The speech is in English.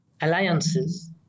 alliances